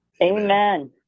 Amen